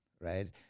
right